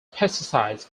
pesticides